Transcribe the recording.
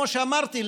כמו שאמרתי,